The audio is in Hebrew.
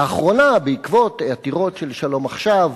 לאחרונה, בעקבות עתירות של "שלום עכשיו"